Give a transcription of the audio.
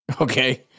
Okay